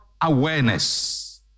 awareness